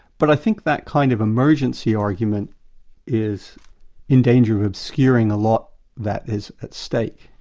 but i think that kind of emergency argument is in danger of obscuring a lot that is at stake